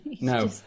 No